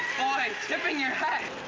tipping your hat. a